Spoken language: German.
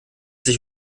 sich